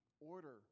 order